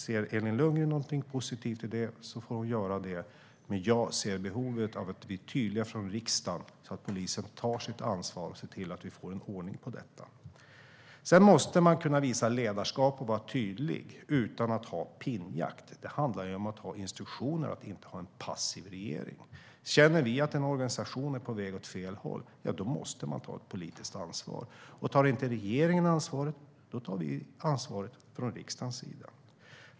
Om Elin Lundgren ser något positivt i det får hon göra det, men jag ser behovet av att vi är tydliga från riksdagen så att polisen tar sitt ansvar och ser till att vi får ordning på detta. Man måste kunna visa ledarskap och vara tydlig utan att ha pinnjakt. Det handlar om att ha instruktioner och att inte ha en passiv regering. Om man känner att en organisation är på väg åt fel håll måste man ta ett politiskt ansvar, och om regeringen inte tar det ansvaret gör riksdagen det.